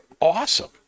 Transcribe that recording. awesome